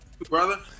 brother